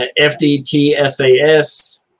FDTSAS